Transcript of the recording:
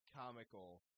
comical